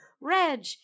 Reg